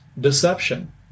deception